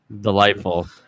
delightful